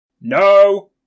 No